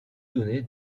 donner